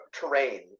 terrain